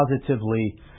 positively